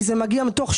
אני לא מדבר בשם עצמי,